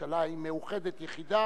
בירושלים מאוחדת, יחידה,